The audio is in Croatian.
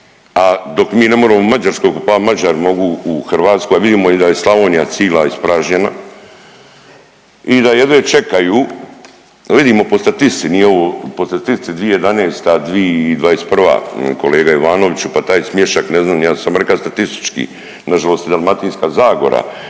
dok mi ne moremo mađarsko, pa Mađari mogu u Hrvatskoj, a vidimo i da je Slavonija cila ispražnjena i da jedva čekaju, vidimo po statistici, nije ovo po statistici 2011., 2021. kolega Ivanoviću pa taj smiješak ne znam ni ja, ja sam reka statistički. Na žalost i Dalmatinska zagora